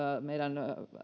meidän